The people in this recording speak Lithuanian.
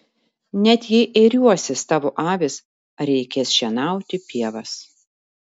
net jei ėriuosis tavo avys ar reikės šienauti pievas